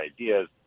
ideas